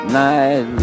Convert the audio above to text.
night